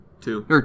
Two